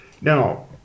Now